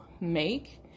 make